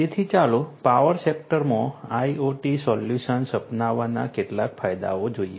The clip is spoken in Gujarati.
તેથી ચાલો પાવર સેક્ટરમાં IoT સોલ્યુશન્સ અપનાવવાના કેટલાક ફાયદાઓ જોઈએ